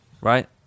right